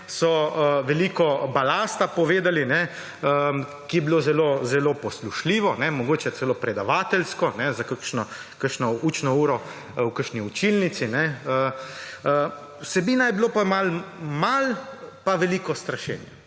so veliko balasta povedali, ki je bilo zelo zelo poslušljivo, mogoče celo predavateljsko za kakšno učno uro v kakšni učilnici, vsebine je pa bila malo, pa veliko strašenja.